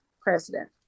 president